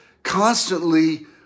constantly